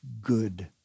good